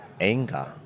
anger